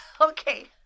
Okay